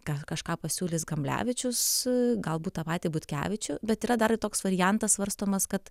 ką kažką pasiūlys kamblevičius galbūt tą patį butkevičių bet yra dar ir toks variantas svarstomas kad